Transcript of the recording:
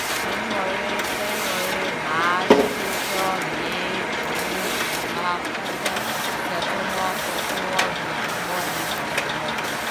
January february march april may june july august september october november and december.